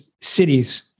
cities